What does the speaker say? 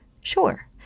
sure